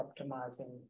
optimizing